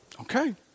Okay